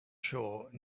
shore